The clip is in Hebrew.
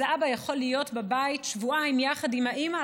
האבא יכול להיות בבית שבועיים יחד עם האימא,